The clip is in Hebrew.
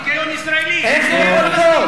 איך זה יכול להיות?